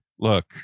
look